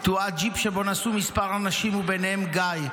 תועד ג'יפ שבו נסעו כמה אנשים וביניהם גיא,